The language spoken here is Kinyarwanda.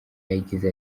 yagize